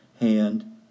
hand